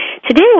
Today